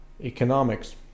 economics